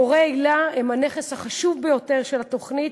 מורי היל"ה הם הנכס החשוב ביותר של התוכנית.